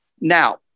Now